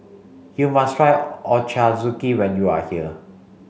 you must try Ochazuke when you are here